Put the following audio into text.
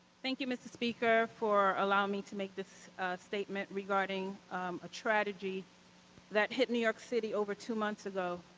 thank you, mr. speaker, for allowing me to make this statement regarding a tragedy that hit new york city over two months ago,